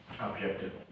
Objective